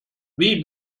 wie